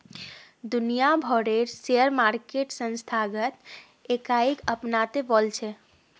दुनिया भरेर share market संस्थागत इकाईक अपनाते वॉल्छे